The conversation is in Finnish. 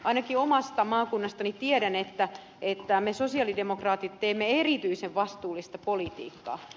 ainakin omasta maakunnastani tiedän että me sosialidemokraatit teemme erityisen vastuullista politiikkaa